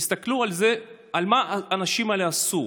תסתכלו מה האנשים האלה עשו.